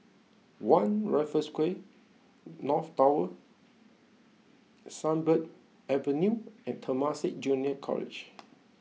One Raffles Quay North Tower Sunbird Avenue and Temasek Junior College